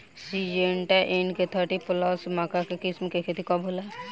Syngenta NK thirty plus मक्का के किस्म के खेती कब होला?